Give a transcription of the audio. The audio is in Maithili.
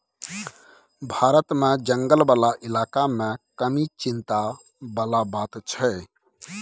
भारत मे जंगल बला इलाका मे कमी चिंता बला बात छै